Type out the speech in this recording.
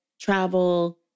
travel